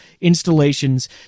installations